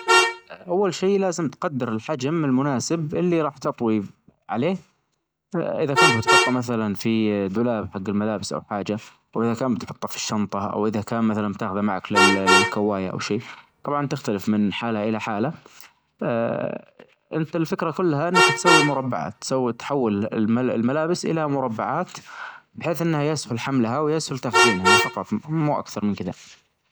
اه اول شي لازم تقدر الحجم المناسب اللي راح تطوي عليه اذا كنت بتحطه مثلا في دولاب حج الملابس او حاجة واذا كان بتحطها في الشنطة او اذا كان مثلا بتاخذه معك للكواية او شي طبعا تختلف من حالة الى حالة انت الفكرة كلها انك تسوي مربعات تحول الملابس الى مربعات بحيث انها يسهل حملها ويسهل تخزينها فقط مو اكثر من كدا.